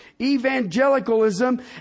evangelicalism